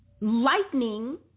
lightning